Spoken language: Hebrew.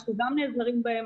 אנחנו גם נעזרים בהם.